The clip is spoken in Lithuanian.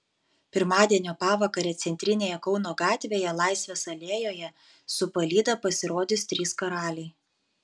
pirmadienio pavakarę centrinėje kauno gatvėje laisvės alėjoje su palyda pasirodys trys karaliai